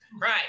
Right